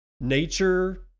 Nature